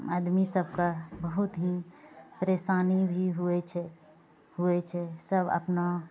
आदमी सभके बहुत हि परेशानी भी होइ छै होइ छै सभ अपना